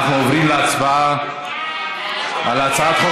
אנחנו עוברים להצבעה על הצעת חוק